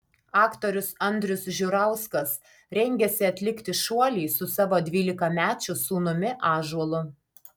aktorius andrius žiurauskas rengiasi atlikti šuolį su savo dvylikamečiu sūnumi ąžuolu